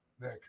Nick